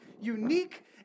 unique